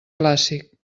clàssic